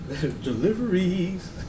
Deliveries